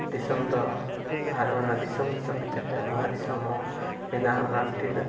ᱫᱤᱥᱚᱢ ᱫᱚ ᱟᱨ ᱚᱱᱟ ᱫᱤᱥᱚᱢᱼᱫᱤᱥᱚᱢ ᱵᱷᱤᱛᱨᱤ ᱨᱮ ᱢᱚᱦᱟ ᱫᱤᱥᱚᱢ ᱦᱚᱸ ᱢᱮᱱᱟᱦᱼᱟ ᱚᱱᱟᱫᱚ ᱛᱤᱱᱟᱹᱜ